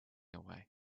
away